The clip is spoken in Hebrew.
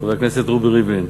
חבר הכנסת רובי ריבלין,